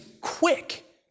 quick